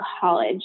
college